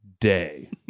day